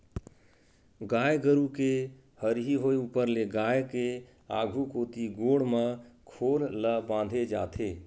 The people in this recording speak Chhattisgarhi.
गाय गरु के हरही होय ऊपर ले गाय के आघु कोती गोड़ म खोल ल बांधे जाथे